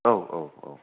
औ औ औ